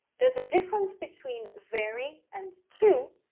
there's a difference between very and too.